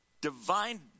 divine